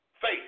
Faith